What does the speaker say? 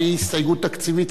שהיא הסתייגות תקציבית,